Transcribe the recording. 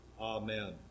Amen